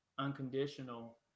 Unconditional